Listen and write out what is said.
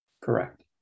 Correct